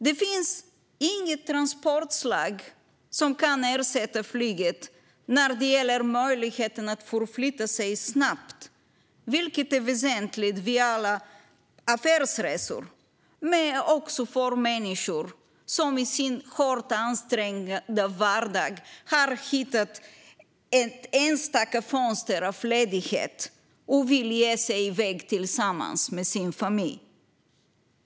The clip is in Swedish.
Det finns inget transportslag som kan ersätta flyget när det gäller möjligheten att förflytta sig snabbt, vilket är väsentligt vid alla affärsresor men också för människor som i sin hårt ansträngda vardag har hittat ett enstaka fönster av ledighet och vill ge sig i väg tillsammans med sin familj.